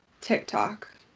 TikTok